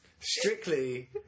Strictly